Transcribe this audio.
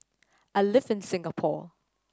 I live in Singapore